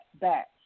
back